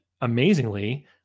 amazingly